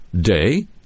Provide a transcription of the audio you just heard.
day